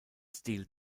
steel